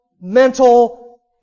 mental